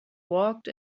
walked